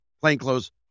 plainclothes